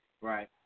Right